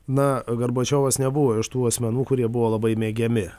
na gorbačiovas nebuvo iš tų asmenų kurie buvo labai mėgiami